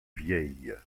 vieilles